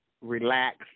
relax